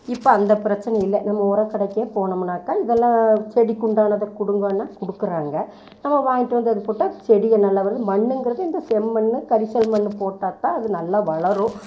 இப்போ அந்த பிரச்சினை இல்லை நம்ம உரக்கடைக்கே போனமுன்னாக்கா இதெல்லாம் செடிக்கு உண்டானதை கொடுங்கன்னா கொடுக்கறாங்க நம்ம வாங்கிட்டு வந்து அது போட்டால் செடிகள் நல்லா வருது மண்ணுங்கிறது இந்த செம்மண்ணு கரிசல் மண்ணு போட்டால் தான் அது நல்லா வளரும்